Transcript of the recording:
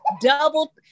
double